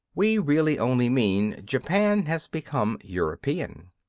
we really only mean, japan has become european?